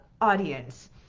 audience